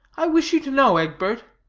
i wish you to know egbert.